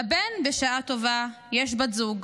לבן, בשעה טובה, יש בת זוג.